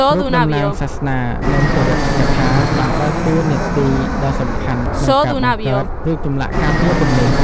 រូបតំណាងសាសនា និងទេវកថាបានដើរតួនាទីដ៏សំខាន់ក្នុងការបង្កើតរូបចម្លាក់ការពារទាំងនេះ។